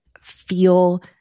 feel